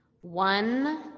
one